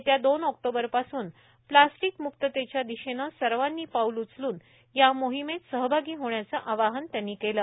येत्या दोन ऑक्टोबर पासून प्लास्टिक मुक्ततेच्या दिशेने सर्वांनि पाऊल उचलून या मोहिमेत सहभागी होण्याचं आवाहन त्यांनी केलं